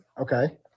okay